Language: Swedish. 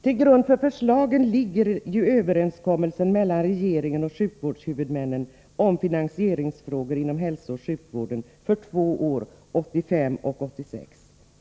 Till grund för förslagen ligger överenskommelsen mellan regeringen och sjukvårdshuvudmännen beträffande finansieringen av hälsooch sjukvården för åren 1985 och 1986.